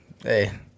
hey